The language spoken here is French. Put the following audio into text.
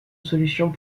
solutions